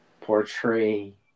portray